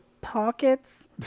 pockets